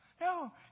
No